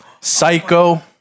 psycho